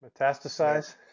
Metastasize